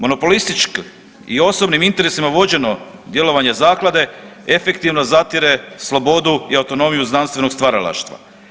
Monopolistički i osobnim interesima vođeno djelovanje zaklade efektivno zatire slobodu i autonomiju znanstvenog stvaralaštva.